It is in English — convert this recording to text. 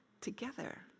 together